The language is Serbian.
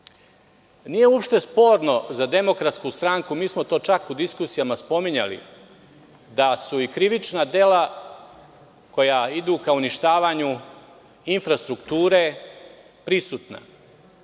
uopšte sporno za DS, mi smo to čak u diskusijama spominjali, da su i krivična dela koja idu ka uništavanju infrastrukture prisutna,